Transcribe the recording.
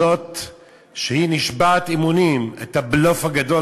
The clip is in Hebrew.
זאת נשבעת אמונים, הבלוף הגדול.